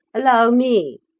allow me,